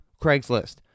craigslist